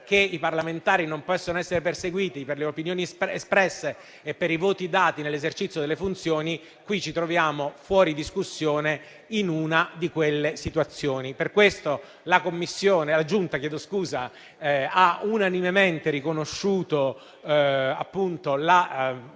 Grazie a tutti